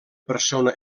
persona